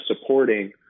supporting